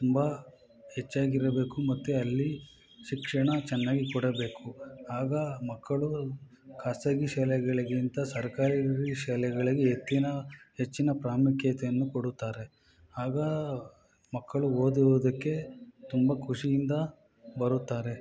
ತುಂಬ ಹೆಚ್ಚಾಗಿರಬೇಕು ಮತ್ತು ಅಲ್ಲಿ ಶಿಕ್ಷಣ ಚೆನ್ನಾಗಿ ಕೊಡಬೇಕು ಆಗ ಮಕ್ಕಳು ಕಾಸಗಿ ಶಾಲೆಗಳಿಗಿಂತ ಸರ್ಕಾರಿ ಶಾಲೆಗಳಿಗೆ ಹೆಚ್ಚಿನ ಹೆಚ್ಚಿನ ಪ್ರಾಮುಖ್ಯತೆಯನ್ನು ಕೊಡುತ್ತಾರೆ ಆಗ ಮಕ್ಕಳು ಓದುವುದಕ್ಕೆ ತುಂಬ ಖುಷಿಯಿಂದ ಬರುತ್ತಾರೆ